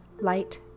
Light